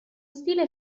stile